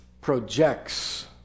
projects